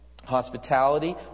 hospitality